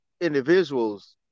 individuals